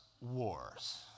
wars